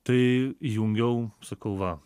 tai įjungiau sakau va